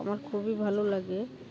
আমার খুবই ভালো লাগে